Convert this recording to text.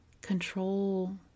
control